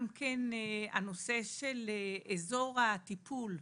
גם הנושא של אזור הטיפול,